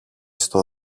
στο